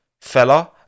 fella